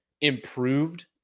improved